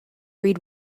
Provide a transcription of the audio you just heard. read